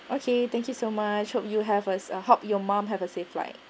okay thank you so much hope you have a sa~ hope your mum have a safe flight